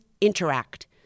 interact